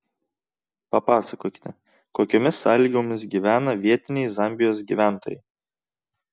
papasakokite kokiomis sąlygomis gyvena vietiniai zambijos gyventojai